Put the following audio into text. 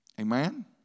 Amen